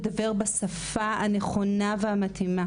תדבר בשפה הנכונה והמתאימה,